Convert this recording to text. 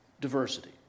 diversity